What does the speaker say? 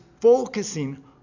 focusing